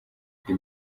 ndi